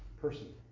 person